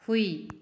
ꯍꯨꯏ